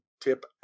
tip